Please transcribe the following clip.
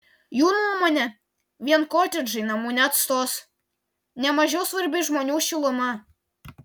jų nuomone vien kotedžai namų neatstos ne mažiau svarbi žmonių šiluma